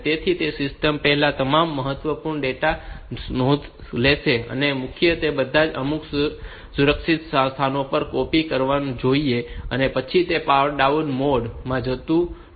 તેથી તે સિસ્ટમમાં રહેલા તમામ મહત્વપૂર્ણ ડેટાની નોંધ લેશે અને તેના મૂલ્યો અને તે બધાને અમુક સુરક્ષિત સ્થાનો પર કૉપિ કરવા જોઈએ અને પછી તે પાવર ડાઉન મોડ માં જવું જોઈએ